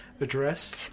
Address